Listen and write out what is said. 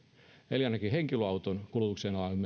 eli ainakin henkilöauton kulutuksen alle